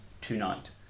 tonight